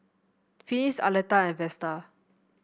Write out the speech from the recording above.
Finis Aleta and Vesta